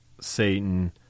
Satan